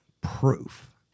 proof